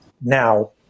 now